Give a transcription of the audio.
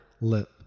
lip